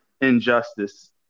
injustice